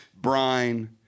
Brine